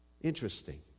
Interesting